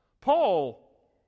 Paul